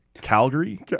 Calgary